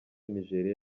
nigeria